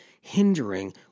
hindering